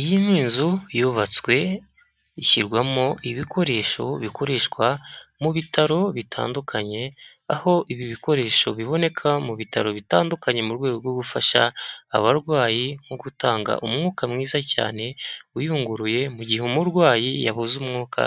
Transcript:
Iyi ni inzu yubatswe ishyirwamo ibikoresho bikoreshwa mu bitaro bitandukanye aho ibi bikoresho biboneka mu bitaro bitandukanye mu rwego rwo gufasha abarwayi nko gutanga umwuka mwiza cyane uyunguruye mu gihe umurwayi yabuze umwuka